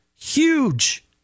Huge